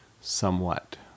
somewhat